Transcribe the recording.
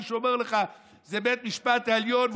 ומישהו אומר לך: זה בית המשפט העליון,